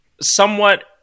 somewhat